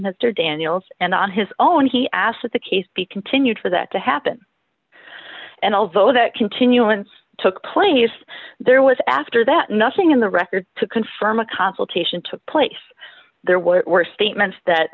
mr daniels and on his own he asked that the case be continued for that to happen and although that continuance took place there was after that nothing in the record to confirm a consultation took place there were statements that